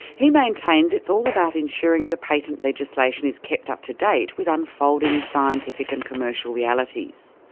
he maintains it's all about ensuring the patent legislation is kept up to date with unfolding scientific and commercial realities.